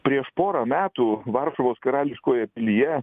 prieš porą metų varšuvos karališkojoje pilyje